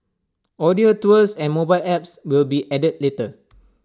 audio tours and mobile apps will be added later